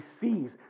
sees